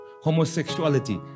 Homosexuality